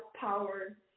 power